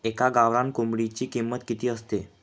एका गावरान कोंबडीची किंमत किती असते?